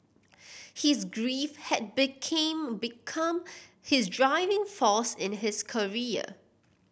his grief had became become his driving force in his career